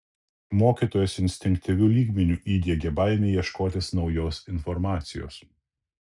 mokytojas instinktyviu lygmeniu įdiegė baimę ieškotis naujos informacijos